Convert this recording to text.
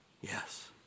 Yes